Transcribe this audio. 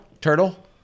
Turtle